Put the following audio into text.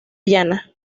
llana